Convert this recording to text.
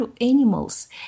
animals